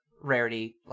Rarity